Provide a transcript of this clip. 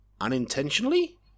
Unintentionally